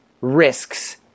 risks